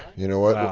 you know what?